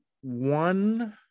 one